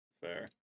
Fair